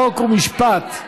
חוק ומשפט.